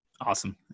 Awesome